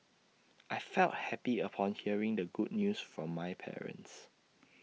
I felt happy upon hearing the good news from my parents